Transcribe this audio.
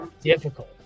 difficult